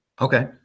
Okay